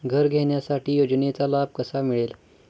घर घेण्यासाठी योजनेचा लाभ कसा मिळेल?